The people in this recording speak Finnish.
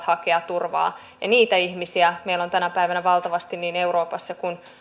hakea turvaa ja niitä ihmisiä meillä on tänä päivänä valtavasti niin euroopassa kuin